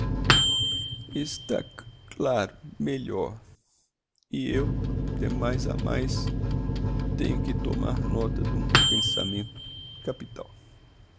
está c laro melhor e eu demais a mais tenho que tomar nota d'um pensamento capital